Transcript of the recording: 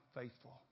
faithful